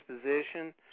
position